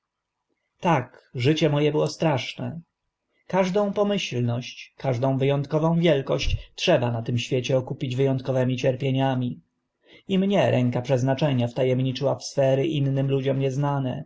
tak życie mo e było straszne każdą pomyślność każdą wy ątkową wielkość trzeba na tym świecie okupić wy ątkowymi cierpieniami i mnie ręka przeznaczenia wta emniczyła w sfery innym ludziom nie